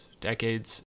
decades